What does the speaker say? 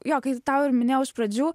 jo kai tau ir minėjau iš pradžių